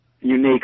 unique